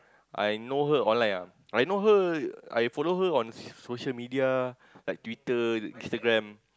I know her online ah I know her I follow her on s~ social media like Twitter Instagram